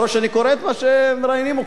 אתה רואה שאני קורא את מה שמראיינים אותך,